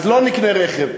אז לא נקנה רכב,